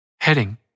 Heading –